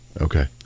Okay